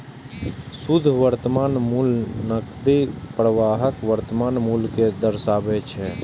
शुद्ध वर्तमान मूल्य नकदी प्रवाहक वर्तमान मूल्य कें दर्शाबै छै